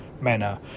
manner